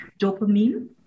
dopamine